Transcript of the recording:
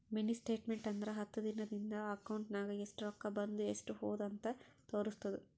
mini statement ಅಂದುರ್ ಹತ್ತು ದಿನಾ ನಿಂದ ಅಕೌಂಟ್ ನಾಗ್ ಎಸ್ಟ್ ರೊಕ್ಕಾ ಬಂದು ಎಸ್ಟ್ ಹೋದು ಅಂತ್ ತೋರುಸ್ತುದ್